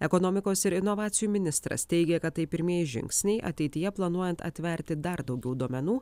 ekonomikos ir inovacijų ministras teigia kad tai pirmieji žingsniai ateityje planuojant atverti dar daugiau duomenų